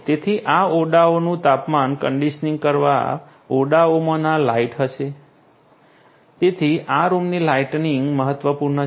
તેથી આ ઓરડાઓનું તાપમાન કન્ડીશનીંગ કરવા ઓરડાઓમાં લાઈટ હશે તેથી આ રૂમની લાઇટિંગ મહત્વપૂર્ણ છે